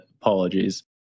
apologies